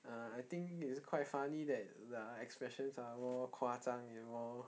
err I think it's quite funny that their expressions are all 夸张 and all